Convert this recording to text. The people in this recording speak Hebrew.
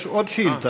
אדוני, יש עוד שאילתה.